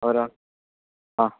ହଉ ରଖ୍ ହଁ